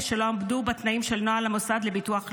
שלא עמדו בתנאים של נוהל המוסד לביטוח לאומי.